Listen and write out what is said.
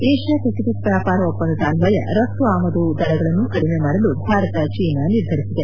Asia Pacific ವ್ಯಾಪಾರ ಒಪ್ಪಂದದ ಅನ್ವಯ ರಫ್ತು ಆಮದು ದರಗಳನ್ನು ಕಡಿಮೆ ಮಾಡಲು ಭಾರತ ಚೀನಾ ನಿರ್ಧರಿಸಿದೆ